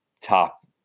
top